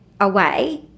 away